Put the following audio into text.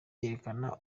yerekana